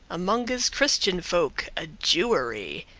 amonges christian folk, a jewery,